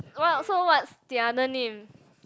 what so what's the other name